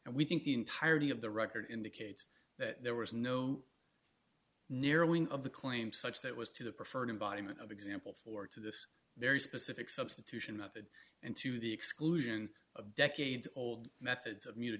and we think the entirety of the record indicates that there was no narrowing of the claim such that was to the preferred embodiment of example for to this very specific substitution method and to the exclusion of decades old methods of mu